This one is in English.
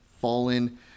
fallen